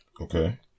Okay